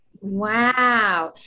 Wow